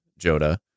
Joda